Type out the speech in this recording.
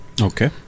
Okay